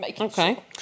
Okay